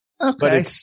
Okay